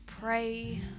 Pray